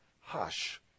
hush